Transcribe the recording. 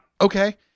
Okay